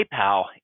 PayPal